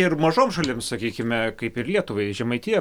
ir mažoms šalims sakykime kaip ir lietuvai žemaitija